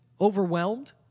overwhelmed